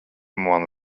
mani